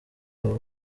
baba